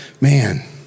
man